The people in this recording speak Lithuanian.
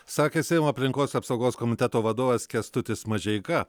sakė seimo aplinkos apsaugos komiteto vadovas kęstutis mažeika